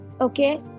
okay